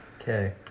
Okay